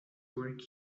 wreck